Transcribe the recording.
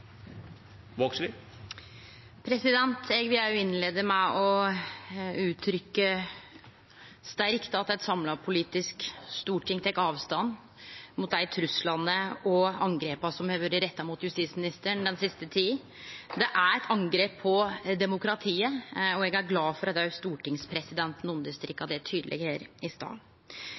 Eg vil òg innleie med sterkt å gje uttrykk for at eit samla politisk storting tek avstand frå dei truslane og angrepa som har vore retta mot justisministeren den siste tida. Det er eit angrep på demokratiet, og eg er glad for at òg stortingspresidenten streka under det tydeleg her i